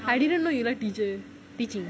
I didn't know you like teacher teaching